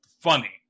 funny